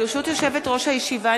ברשות יושבת-ראש הישיבה,